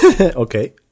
Okay